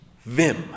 Vim